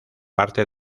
parte